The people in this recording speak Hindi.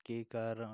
के कारण